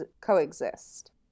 coexist